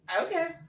Okay